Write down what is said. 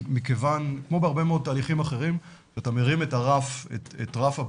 כמו בהרבה מאוד תהליכים אחרים כשאתה מרים את רף הבדיקה